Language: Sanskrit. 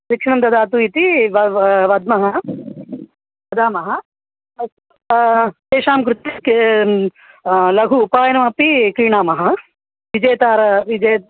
शिक्षणं ददातु इति वा वा वद्मः वदामः तेषां कृते किं लघु उपायनमपि क्रीणामः विजेतारः विजे